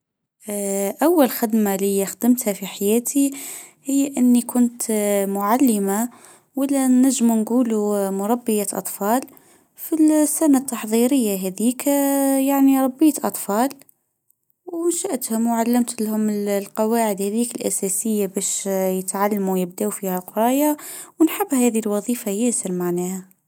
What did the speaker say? اول خدمه لي خدمتها في حياتي: هي إني كنت معلمه ولا نجم نجولوا مربيه أطفال. في السنه التحظيريه هذيك يعني ربيت أطفال ونشأتهم و علمتلهم القواعد هذيك الإساسيه باش يتعلموا يبدأوا فيها قرايه ونحب هذه الوظيفه ياسر معناها.